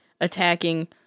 attacking